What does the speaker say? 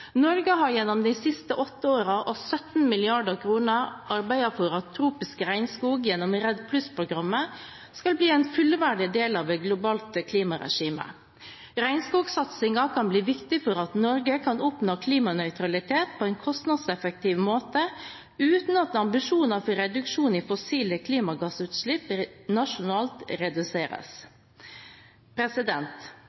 Norge har gjennom de siste åtte årene og med 17 mrd. kr arbeidet for at tropisk regnskog gjennom REDD+-programmet skal bli en fullverdig del av et globalt klimaregime. Regnskogsatsingen kan bli viktig for at Norge kan oppnå klimanøytralitet på en kostnadseffektiv måte, uten at ambisjoner for reduksjon i fossile klimagassutslipp nasjonalt reduseres.